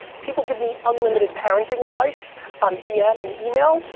people give me unlimited parenting advice on dm and email,